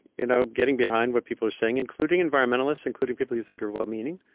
you know getting behind what people are saying, including environmentalists, including people you think are well-meaning,